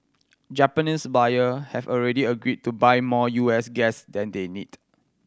Japanese buyer have already agreed to buy more U S gas than they need